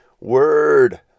Word